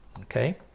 Okay